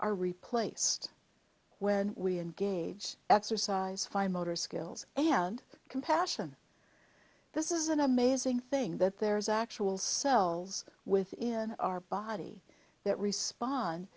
are replaced when we engage exercise fine motor skills and compassion this is an amazing thing that there is actual cells within our body that respond